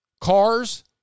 Cars